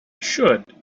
should